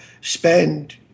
spend